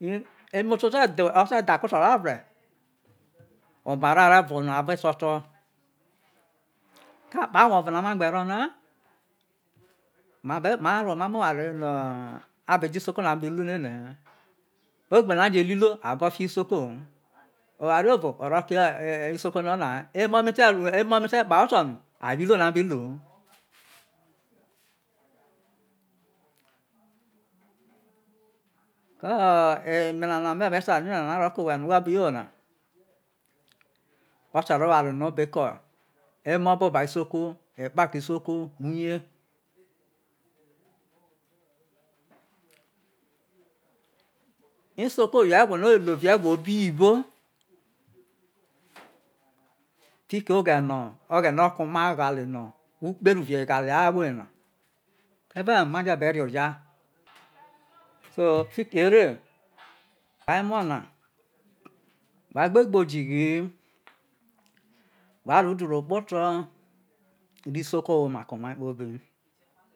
ne imoto te̠ dhe̠ ako to̠ ra vre̠ omara o̠re̠ vo no avo̠ eto̠ to̠ ko akpo̠ awai o̠vo na ma gbero na ma re rue omamo̠ oware no̠ abe jo̠ isoko na bi lu no ene̠he̠ ogbe no̠ a jo̠ ru iruo abo̠ fi ho isoko ho emo mi te kpahe oto̠ no awo iruo no a bi lu hu ko emenana no me̠ be ta ro̠ ko owhe̠ no wha bi yo na ote̠ro̠ oisare no o̠ emoboba isoko ekpa ko isoko uye isoko yo̠ e̠gwo no̠ o̠ hai lo ri egwo obo iyibo fiki oghere no o̠ghe̠ne oko mai eghale no ukpe nu w eghale ahwo yena ave̠ ma je̠ be re oja? So fiki ere whai emo̠ na wha gbe gbo ozighi ni wha ro udu iro kpoto̠ re isoko woma ko omai kpobi.